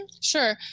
Sure